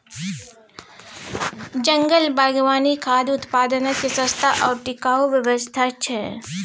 जंगल बागवानी खाद्य उत्पादनक सस्ता आ टिकाऊ व्यवस्था छै